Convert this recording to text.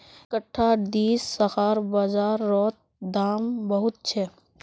इकट्ठा दीडा शाखार बाजार रोत दाम बहुत छे